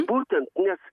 būtent nes